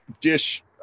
dish